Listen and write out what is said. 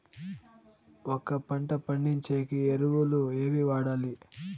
ఒక పంట పండించేకి ఎరువులు ఏవి వాడాలి?